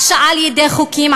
על-ידי חוקים,